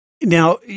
Now